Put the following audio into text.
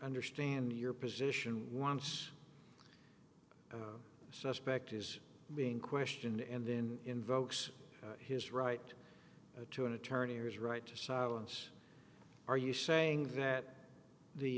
understand your position wants a suspect is being questioned and in invokes his right to an attorney or his right to silence are you saying that the